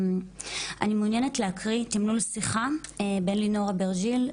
אני מעוניינת להקריא תמלול שיחה בין לינור אברג'יל,